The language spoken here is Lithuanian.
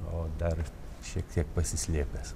o dar šiek tiek pasislėpęs